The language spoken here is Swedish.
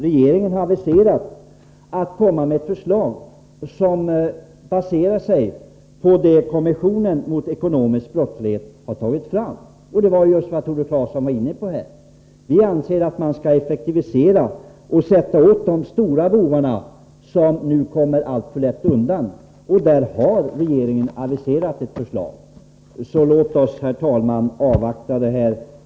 Regeringen har också aviserat ett förslag, som baserar sig på det som kommissionen mot ekonomisk brottslighet anfört, och det överensstämmer också med det som Tore Claeson här var inne på. Vi anser att man skall effektivisera verksamheten och sätta åt de stora bovarna, som nu alltför lätt kommer undan, och regeringen har alltså aviserat ett förslag i den riktningen. Låt oss därför, herr talman, avvakta i denna fråga.